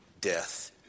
death